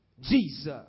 Jesus